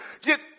get